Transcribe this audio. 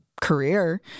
Career